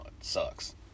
sucks